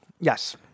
Yes